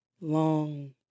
long